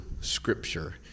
Scripture